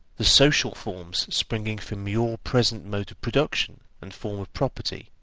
the social forms springing from your present mode of production and form of property